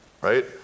right